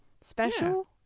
special